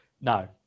No